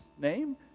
name